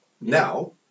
now